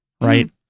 Right